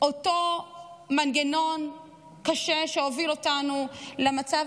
אותו מנגנון קשה שהוביל אותנו למצב